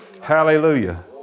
Hallelujah